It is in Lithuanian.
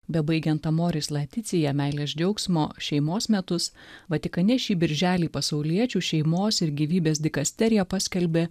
bebaigiant amoris laetitia meilės džiaugsmo šeimos metus vatikane šį birželį pasauliečių šeimos ir gyvybės dikasterija paskelbė